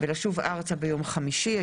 ולשוב ארצה ביום חמישי,